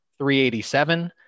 387